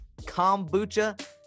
kombucha